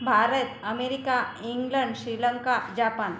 Bharat America England Sri Lanka Japan